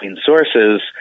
sources